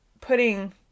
putting